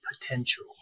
potential